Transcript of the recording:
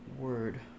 word